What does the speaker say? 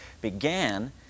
began